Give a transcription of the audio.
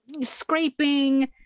scraping